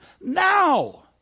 Now